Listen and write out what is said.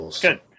good